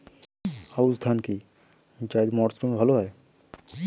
আউশ ধান কি জায়িদ মরসুমে ভালো হয়?